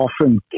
often